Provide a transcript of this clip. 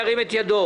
ירים את ידו.